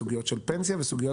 סוגיות של פנסיה ועוד,